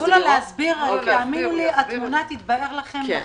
תנו לו להסביר, התמונה תתבהר לחלוטין.